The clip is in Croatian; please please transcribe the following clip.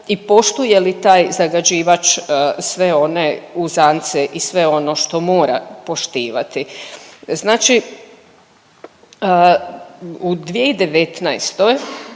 i poštuje li taj zagađivač sve one uzance i sve ono što mora poštivati. Znači u 2019.